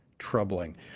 troubling